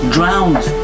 Drowned